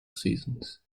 seasons